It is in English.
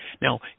Now